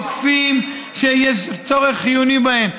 כבישים עוקפים, שיש צורך חיוני בהם.